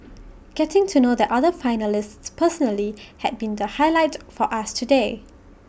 getting to know the other finalists personally has been the highlight for us today